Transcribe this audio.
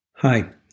Hi